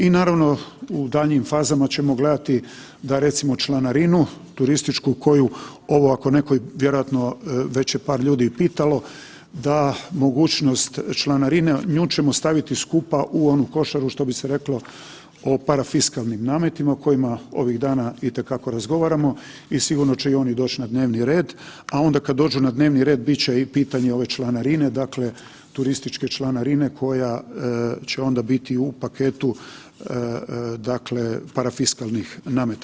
I naravno u daljnjim fazama ćemo gledati da recimo članarinu turističku koju ovo ako neko vjerojatno već je par ljudi i pitalo da mogućnost članarine, nju ćemo staviti skupa u onu košaru što bi se reklo o parafiskalnim nametima o kojima ovih dana itekako razgovaramo i sigurno će i oni doći na dnevni red, a onda kada dođu na dnevni red bit će i pitanje ove članarine, turističke članarine koja će onda biti u paketu parafiskalnih nameta.